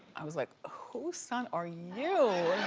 i was like, who's son are you?